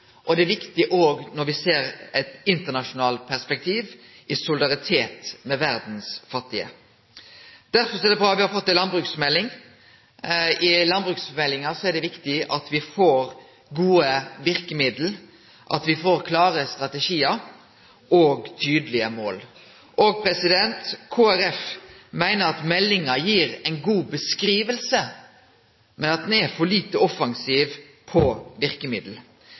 og det er òg viktig når me ser det i eit internasjonalt perspektiv, i solidaritet med verdas fattige. Derfor er det bra at me har fått ei landbruksmelding. I landbruksmeldinga er det viktig at me får gode verkemiddel, at me får klare strategiar og tydelege mål. Kristeleg Folkeparti meiner at meldinga gir ei god beskriving, men at ho er for lite offensiv når det gjeld verkemiddel.